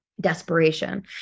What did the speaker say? desperation